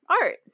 Art